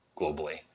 globally